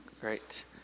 Great